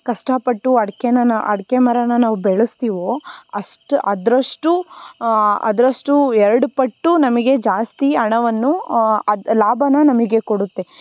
ಕಷ್ಟಪಟ್ಟು ಅಡಿಕೆನ ನ ಅಡಿಕೆ ಮರನ ನಾವು ಬೆಳಸ್ತೀವೋ ಅಷ್ಟು ಅದರಷ್ಟು ಅದರಷ್ಟು ಎರಡು ಪಟ್ಟು ನಮಗೆ ಜಾಸ್ತಿ ಹಣವನ್ನು ಅದು ಲಾಭಾನ ನಮಗೆ ಕೊಡುತ್ತೆ